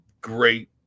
great